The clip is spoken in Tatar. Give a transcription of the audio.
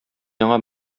яңа